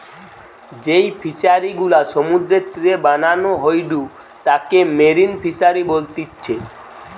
যেই ফিশারি গুলা সমুদ্রের তীরে বানানো হয়ঢু তাকে মেরিন ফিসারী বলতিচ্ছে